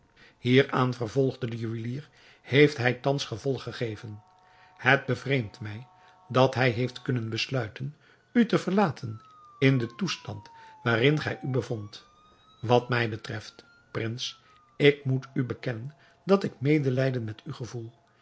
hieraan vervolgde de juwelier heeft hij thans gevolg gegeven het bevreemdt mij dat hij heeft kunnen besluiten u te verlaten in den toestand waarin gij u bevondt wat mij betreft prins ik moet u bekennen dat ik medelijden met u gevoel